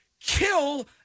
kill